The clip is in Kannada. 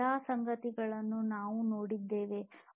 ಈ ಎಲ್ಲ ಸಂಗತಿಗಳನ್ನು ನಾವು ನೋಡಿದ್ದೇವೆ